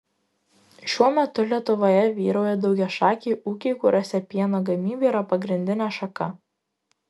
šiuo metu lietuvoje vyrauja daugiašakiai ūkiai kuriuose pieno gamyba yra pagrindinė šaka